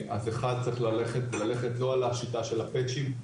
אז אחד צריך ללכת וללכת לא על השיטה של הפצ'ים,